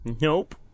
Nope